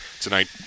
tonight